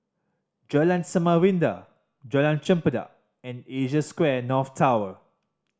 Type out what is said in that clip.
Jalan Samarinda Jalan Chempedak and Asia Square North Tower